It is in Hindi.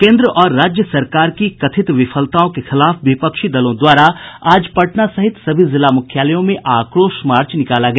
केन्द्र और राज्य सरकार की कथित विफलताओं के खिलाफ विपक्षी दलों द्वारा आज पटना सहित सभी जिला मुख्यालयों में आक्रोश मार्च निकाला गया